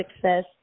success